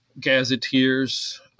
gazetteers